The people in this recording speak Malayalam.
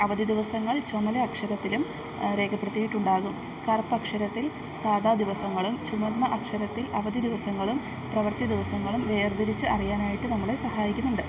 അവധി ദിവസങ്ങൾ ചുമല അക്ഷരത്തിലും രേഖപ്പെടുത്തിയിട്ടുണ്ടാകും കറുത്ത അക്ഷരത്തിൽ സാധാ ദിവസങ്ങളും ചുവന്ന അക്ഷരത്തിൽ അവധി ദിവസങ്ങളും പ്രവർത്തി ദിവസങ്ങളും വേർതിരിച്ച് അറിയാനായിട്ട് നമ്മളെ സഹായിക്കുന്നുണ്ട്